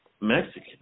Mexican